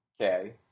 Okay